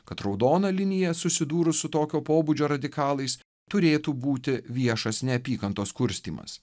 kad raudona linija susidūrus su tokio pobūdžio radikalais turėtų būti viešas neapykantos kurstymas